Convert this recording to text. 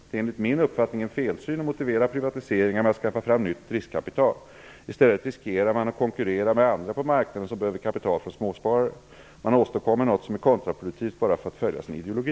Det är enligt min uppfattning en felsyn att motivera privatiseringar med att skaffa fram nytt riskkapital. I stället riskerar man att konkurrera med andra på marknaden som behöver kapital från småsparare. Man åstadkommer något som är kontraproduktivt bara för att följa sin ideologi.